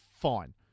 fine